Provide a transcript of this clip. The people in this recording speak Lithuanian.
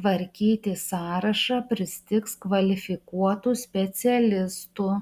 tvarkyti sąrašą pristigs kvalifikuotų specialistų